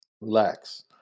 relax